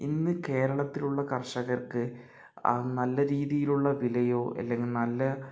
ഇന്ന് കേരളത്തിലുള്ള കർഷകർക്ക് നല്ല രീതിയിലുള്ള വിലയോ അല്ലെങ്കിൽ നല്ല